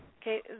Okay